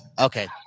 Okay